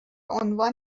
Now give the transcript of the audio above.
عنوان